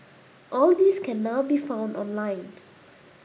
all these can now be found online